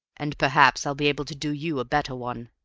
and perhaps i'll be able to do you a better one.